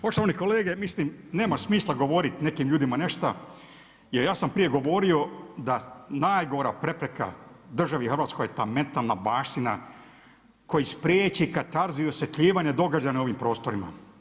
Poštovani kolege, mislim nema smisla govorit nekim ljudima nešta jer ja sam prije govorio da najgora prepreka državi Hrvatskoj je ta mentalna baština koji spriječi katarziju, osvjetljivanje događaja na ovim prostorima.